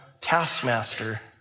taskmaster